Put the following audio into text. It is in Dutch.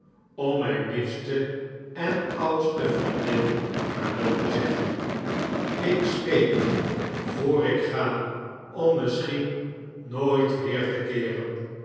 om mijn liefste en oudste vriendin vaarwel te zeggen ik smeek u voor ik ga om misschien nooit weer te keeren